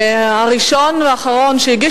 הצעה לסדר-היום מס' 4755. הראשון והאחרון שהגיש